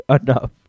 enough